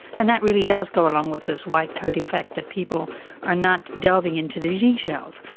and that really does go along with this white coat effect, that people are not delving into the details.